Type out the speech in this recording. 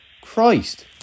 Christ